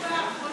אדוני.